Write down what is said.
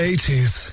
80s